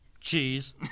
cheese